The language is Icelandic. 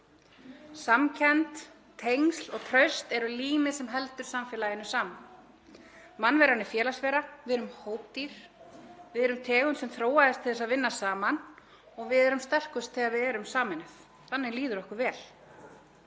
Samkennd, tengsl og traust eru límið sem heldur samfélaginu saman. Mannveran er félagsvera. Við erum hópdýr, við erum tegund sem þróaðist til að vinna saman og við erum sterkust þegar við erum sameinuð. Þannig líður okkur vel.